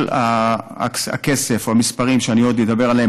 כל הכסף או המספרים שאני עוד אדבר עליהם